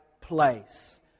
place